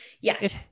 Yes